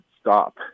stop